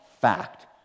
fact